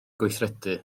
gweithredu